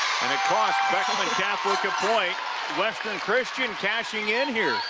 and it costs beckman catholic ah point western christian cashing in here,